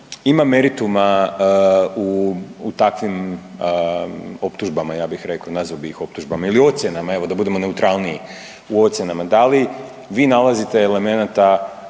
ima merituma u takvim optužbama, ja bih rekao, nazvao bi ih optužbama, ili ocjenama, evo da budemo neutralniji, u ocjenama. Da li vi nalazite elemenata